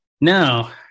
Now